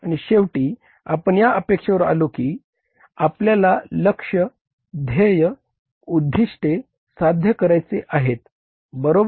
आणि शेवटी आपण या अपेक्षेवर आलो की आपल्याला लक्ष्य ध्येय उद्दीष्टे साध्य करायची आहेत बरोबर